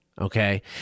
okay